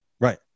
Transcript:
right